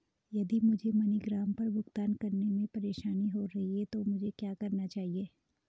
यदि मुझे मनीग्राम पर भुगतान करने में परेशानी हो रही है तो मुझे क्या करना चाहिए?